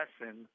lesson